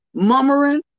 mummering